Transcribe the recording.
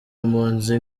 impunzi